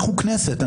אנחנו כנסת.